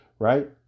right